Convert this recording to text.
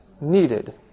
needed